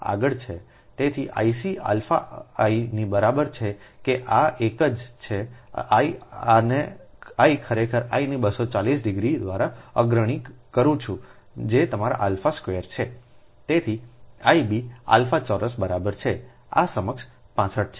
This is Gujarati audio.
તેથી I c આલ્ફા I ની બરાબર છે કે આ એક જ છે અને I ખરેખર I ને 240 ડિગ્રી દ્વારા અગ્રણી કરું છું જે તમારા આલ્ફા સ્ક્વેર છે તેથી I b આલ્ફા ચોરસ બરાબર છે I આ સમકક્ષ 65 છે